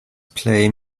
play